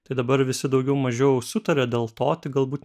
tai dabar visi daugiau mažiau sutaria dėl to tik galbūt